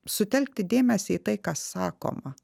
sutelkti dėmesį į tai kas sakoma